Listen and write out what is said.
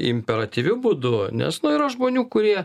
imperatyviu būdu nes nu yra žmonių kurie